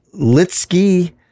Litsky